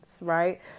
right